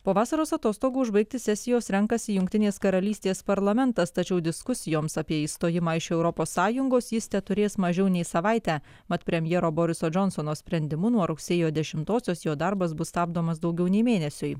po vasaros atostogų užbaigti sesijos renkasi jungtinės karalystės parlamentas tačiau diskusijoms apie išstojimą iš europos sąjungos jis teturės mažiau nei savaitę mat premjero boriso džonsono sprendimu nuo rugsėjo dešimtosios jo darbas bus stabdomas daugiau nei mėnesiui